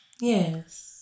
Yes